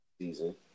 season